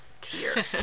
tier